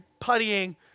puttying